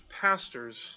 pastors